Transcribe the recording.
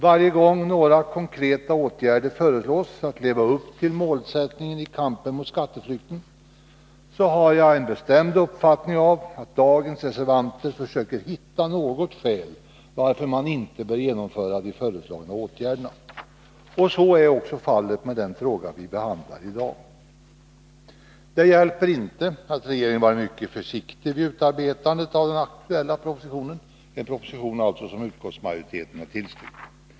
Varje gång några konkreta åtgärder föreslås för att leva upp till målsättningen i kampen mot skatteflykten har jag en bestämd uppfattning att dagens reservanter försöker hitta något skäl till att man inte bör genomföra de föreslagna åtgärderna. Så är också fallet med den fråga vi nu behandlar. Det hjälper inte att regeringen varit mycket försiktig vid utarbetandet av den aktuella propositionen, en proposition som utskottsmajoriteten har tillstyrkt.